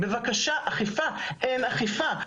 בבקשה, אכיפה, אין אכיפה.